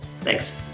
Thanks